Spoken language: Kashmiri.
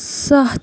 سَتھ